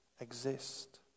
exist